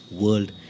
world